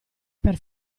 per